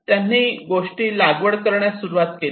त्यांनी गोष्टी लागवड करण्यास सुरवात केली